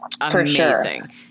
amazing